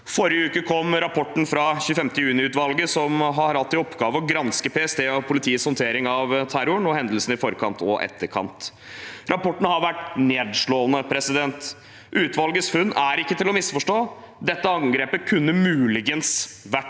Forrige uke kom rapporten fra 25. juni-utvalget, som har hatt i oppgave å granske PSTs og politiets håndtering av terroren og hendelsene i forkant og etterkant. Rapporten har vært nedslående. Utvalgets funn er ikke til å misforstå: Dette angrepet kunne muligens ha vært